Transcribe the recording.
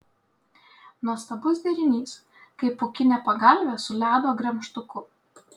nuostabus derinys kaip pūkinė pagalvė su ledo gremžtuku